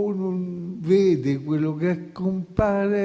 o non vede quello che compare